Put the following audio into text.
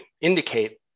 indicate